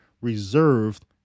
reserved